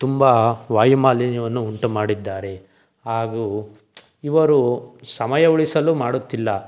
ತುಂಬ ವಾಯುಮಾಲಿನ್ಯವನ್ನು ಉಂಟು ಮಾಡಿದ್ದಾರೆ ಹಾಗೂ ಇವರು ಸಮಯ ಉಳಿಸಲು ಮಾಡುತ್ತಿಲ್ಲ